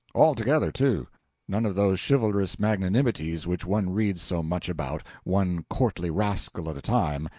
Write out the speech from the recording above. all together, too none of those chivalrous magnanimities which one reads so much about one courtly rascal at a time,